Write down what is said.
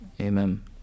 Amen